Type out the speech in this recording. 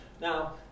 Now